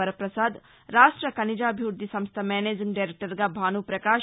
వర్చపసాద్ రాష్ట్ర ఖనిజాభివృద్ధి సంస్థ మేనేజింగ్ డైరెక్టర్గా భాసుప్రకాష్